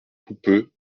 houppeux